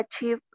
achieve